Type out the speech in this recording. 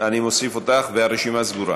אני מוסיף אותך והרשימה סגורה,